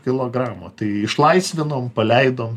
kilogramo tai išlaisvinom paleidom